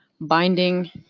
binding